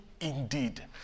indeed